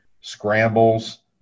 scrambles